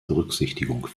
berücksichtigung